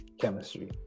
chemistry